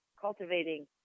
cultivating